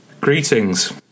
Greetings